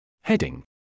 Heading